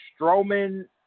Strowman